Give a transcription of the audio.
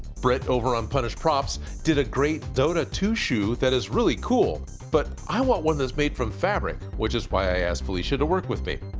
brit over on punished props did a great dota two shoe that is really cool! but i want one that's made from fabric, which is why i asked felicia to work with me.